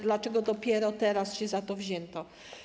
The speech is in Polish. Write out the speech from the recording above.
Dlaczego dopiero teraz się za to wzięto?